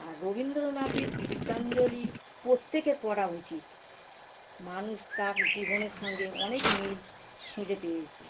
আর রবীন্দ্রনাথের গীতাঞ্জলি প্রত্যেকের পড়া উচিত মানুষ তার জীবনের সঙ্গে অনেক মিল খুঁজে পেয়েছে